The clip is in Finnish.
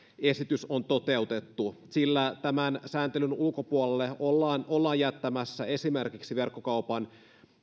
esitys on toteutettu sillä tämän sääntelyn ulkopuolelle ollaan ollaan jättämässä esimerkiksi verkkokaupan